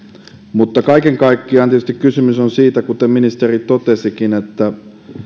mutta kaiken kaikkiaan tietysti on kysymys siitä kuten ministeri totesikin että